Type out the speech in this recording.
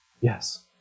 Yes